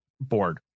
board